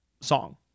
song